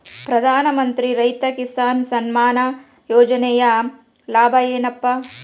ಪ್ರಧಾನಮಂತ್ರಿ ರೈತ ಕಿಸಾನ್ ಸಮ್ಮಾನ ಯೋಜನೆಯ ಲಾಭ ಏನಪಾ?